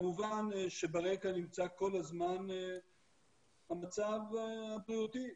כמובן שברקע נמצא כל הזמן המצב הבריאותי.